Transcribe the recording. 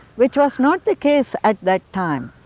which was not the case at that time.